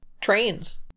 Trains